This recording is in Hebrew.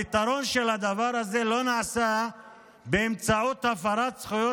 הפתרון של הדבר הזה לא נעשה באמצעות הפרת זכויות